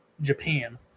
Japan